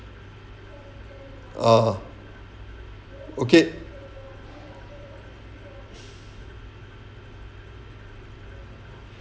ah okay